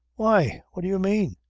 why? what do you mean?